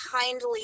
kindly